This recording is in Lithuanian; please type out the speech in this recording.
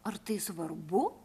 ar tai svarbu